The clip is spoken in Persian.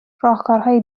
راهکاریی